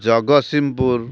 Jagatsinghpur